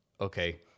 Okay